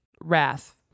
Wrath